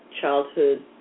childhood